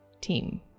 team